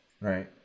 right